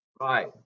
right